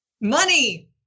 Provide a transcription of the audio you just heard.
Money